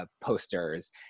posters